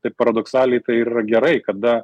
taip paradoksaliai tai yra gerai kada